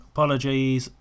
Apologies